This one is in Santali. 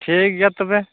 ᱴᱷᱤᱠ ᱜᱮᱭᱟ ᱛᱚᱵᱮ